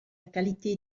qualité